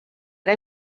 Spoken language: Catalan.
era